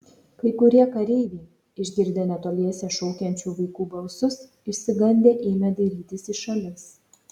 kai kurie kareiviai išgirdę netoliese šaukiančių vaikų balsus išsigandę ėmė dairytis į šalis